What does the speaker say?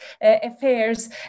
affairs